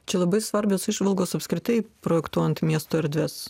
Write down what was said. čia labai svarbios įžvalgos apskritai projektuojant miesto erdves